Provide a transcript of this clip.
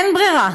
אין ברירה.